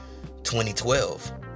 2012